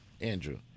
Andrew